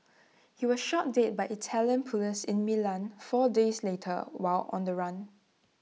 he was shot dead by Italian Police in Milan four days later while on the run